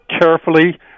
carefully